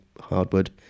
hardwood